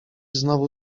znowu